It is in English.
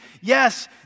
yes